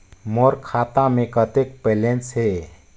मोर खाता मे कतेक बैलेंस हे?